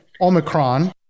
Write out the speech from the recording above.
Omicron